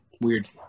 Weird